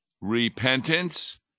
repentance